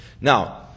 now